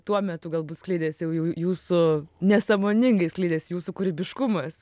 tuo metu galbūt skleidėsi jau jau jūsų nesąmoningai skleidėsi jūsų kūrybiškumas